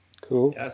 Cool